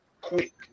quick